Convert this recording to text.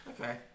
Okay